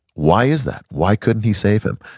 why is that? why couldn't he save him?